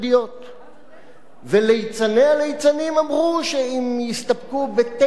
וליצני הליצנים אמרו שאם יסתפקו בתשעה מתוך עשרת הדיברות,